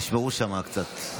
תשמרו שם קצת.